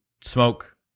smoke